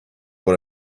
what